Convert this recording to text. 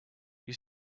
you